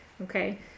okay